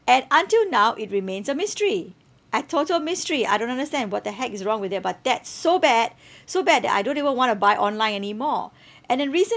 and until now it remains a mystery a total mystery I don't understand what the heck is wrong with it but that's so bad so bad that I don't even want to buy online anymore and then recently